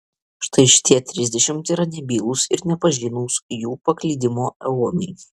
štai šitie trisdešimt yra nebylūs ir nepažinūs jų paklydimo eonai